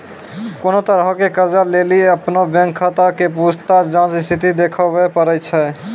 कोनो तरहो के कर्जा लेली अपनो बैंक खाता के पूछताछ जांच स्थिति देखाबै पड़ै छै